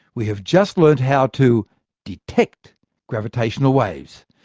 we have just learnt how to detect gravitational waves.